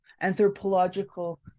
Anthropological